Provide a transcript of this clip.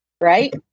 Right